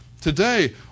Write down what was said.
today